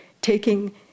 taking